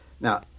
Now